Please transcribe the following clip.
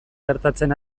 gertatzen